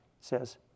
says